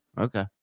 Okay